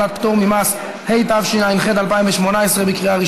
לוועדת הפנים והגנת הסביבה.